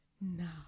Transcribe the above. now